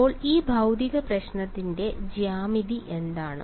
അപ്പോൾ ഈ ഭൌതിക പ്രശ്നത്തിന്റെ ജ്യാമിതി എന്താണ്